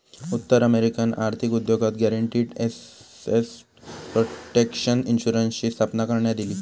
उत्तर अमेरिकन आर्थिक उद्योगात गॅरंटीड एसेट प्रोटेक्शन इन्शुरन्सची स्थापना करण्यात इली